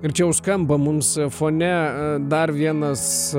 ir čia jau skamba mums fone dar vienas